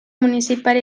municipal